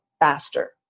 faster